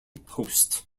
post